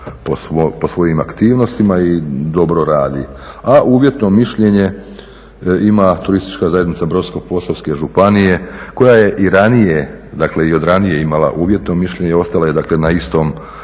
po svojim aktivnostima i dobro radi. A uvjetno mišljenje ima turistička zajednica Brodsko Posavske županije koja je i ranije dakle i od ranije imala uvjetno mišljenje dakle ostala je dakle na istom